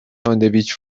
ساندویچ